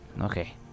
Okay